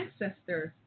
ancestors